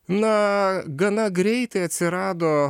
na gana greitai atsirado